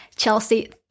Chelsea